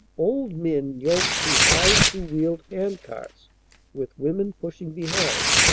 old men yoked to high two-wheeled hand-carts with women pushing behind,